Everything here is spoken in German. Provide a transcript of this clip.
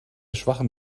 schwachem